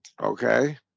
Okay